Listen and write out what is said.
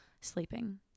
sleeping